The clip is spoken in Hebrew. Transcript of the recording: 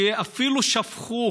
שאפילו שפכו